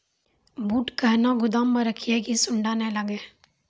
बूट कहना गोदाम मे रखिए की सुंडा नए लागे?